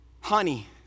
honey